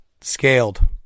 Scaled